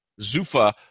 Zufa